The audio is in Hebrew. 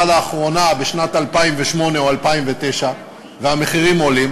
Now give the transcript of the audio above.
לאחרונה בשנת 2008 או 2009 והמחירים עולים,